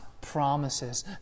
promises